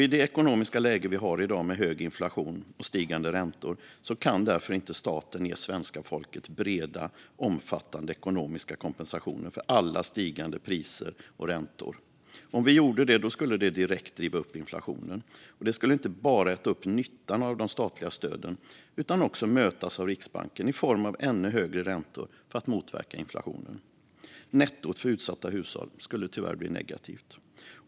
I det ekonomiska läge vi har i dag med hög inflation och stigande räntor kan därför inte staten ge svenska folket breda och omfattande ekonomiska kompensationer för alla stigande priser och räntor. Om vi gjorde det skulle det direkt driva upp inflationen. Det skulle inte bara äta upp nyttan av de statliga stöden utan också mötas av Riksbanken med ännu högre räntor för att motverka inflationen. Nettot för utsatta hushåll skulle tyvärr bli negativt.